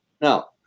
Now